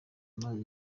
amaze